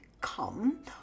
come